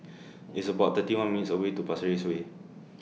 It's about thirty one minutes' away to Pasir Ris Way